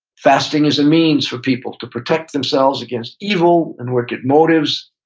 fasting is a means for people to protect themselves against evil and wicked motives.